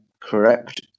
Correct